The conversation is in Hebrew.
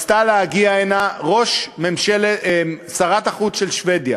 רצתה להגיע הנה שרת החוץ של שבדיה